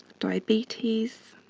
diabetes,